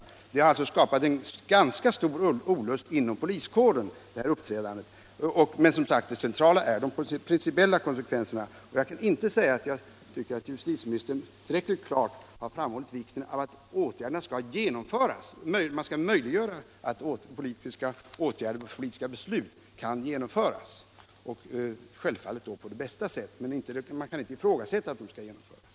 — Det inträffade har alltså skapat en stor olust även inom poliskåren. Det centrala är emellertid de principiella konsekvenserna. Jag tycker inte att justitieministern tillräckligt klart har framhållit vikten av att i demokratisk ordning fattade beslut skall kunna genomföras.